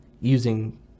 using